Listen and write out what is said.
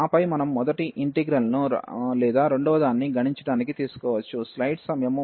ఆ పై మనం మొదటి ఇంటిగ్రల్ ను లేదా రెండవదాన్ని గణించడానికి తీసుకోవచ్చు